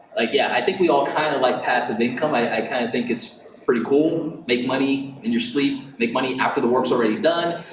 like yeah, i think we all kinda kind of like passive income. i i kind of think it's pretty cool. make money in your sleep. make money after the work's already done.